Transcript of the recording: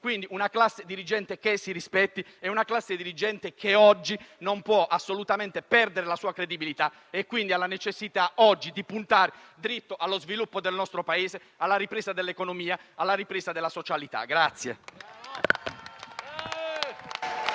Paese. Una classe dirigente che si rispetti oggi non può assolutamente perdere la sua credibilità e, quindi, ha la necessità di puntare dritto allo sviluppo del nostro Paese, alla ripresa dell'economia, alla ripresa della socialità.